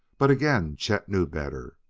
but again chet knew better.